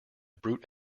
brute